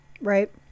right